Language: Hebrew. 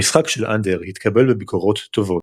המשחק של אנדר התקבל בביקורות טובות.